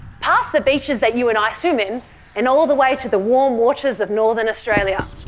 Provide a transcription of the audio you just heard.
past the beaches that you and i swim in and all the way to the warm waters of northern australia,